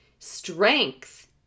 Strength